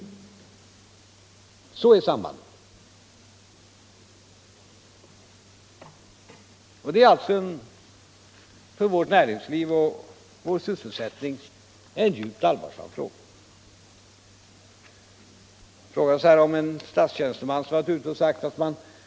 Sådant är sambandet. Detta är alltså en för vårt näringsliv och vår sysselsättning djupt allvarlig fråga. Vidare talades det här om en statstjänsteman som varit ute och sagt någonting om dessa ting.